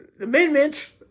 amendments